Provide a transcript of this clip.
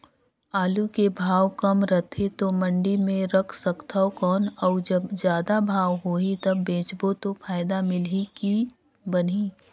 आलू के भाव कम रथे तो मंडी मे रख सकथव कौन अउ जब जादा भाव होही तब बेचबो तो फायदा मिलही की बनही?